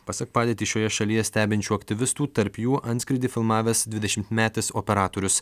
pasak padėtį šioje šalyje stebinčių aktyvistų tarp jų antskrydį filmavęs dvidešimmetis operatorius